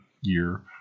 year